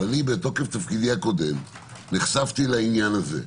אבל אני בתוקף תפקידי הקודם נחשפתי לעניין הזה.